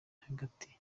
hagati